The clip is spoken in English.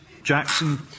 Jackson